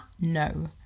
No